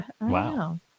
Wow